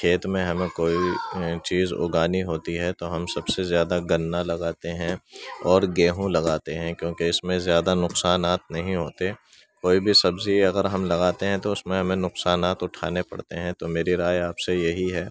کھیت میں ہمیں کوئی چیز اُگانی ہوتی ہے تو ہم سب سے زیادہ گنّا لگاتے ہیں اور گیہوں لگاتے ہیں کیوںکہ اِس میں زیادہ نقصانات نہیں ہوتے کوئی بھی سبزی اگر ہم لگاتے ہیں تو اُس میں ہمیں نقصانات اُٹھانے پڑتے ہیں تو میری رائے آپ سے یہی ہے